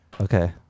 Okay